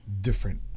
different